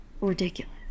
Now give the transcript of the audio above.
ridiculous